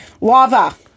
Lava